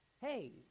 Hey